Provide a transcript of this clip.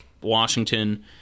Washington